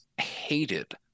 hated